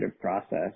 process